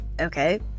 okay